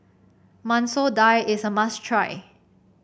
Masoor Dal is a must try